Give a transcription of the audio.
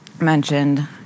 mentioned